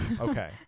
Okay